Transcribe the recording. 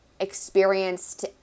experienced